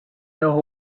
know